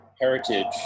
heritage